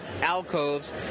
alcoves